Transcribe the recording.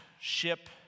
ship